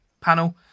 panel